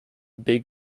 big